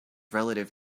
relative